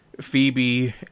Phoebe